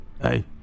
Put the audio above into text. Hey